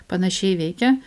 panašiai veikia